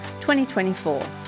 2024